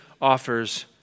offers